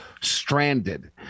stranded